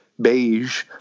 beige